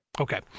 Okay